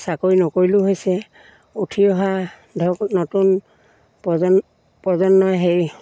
চাকৰি নকৰিলেও হৈছে উঠি অহা ধৰক নতুন প্ৰজ প্ৰজন্মই সেই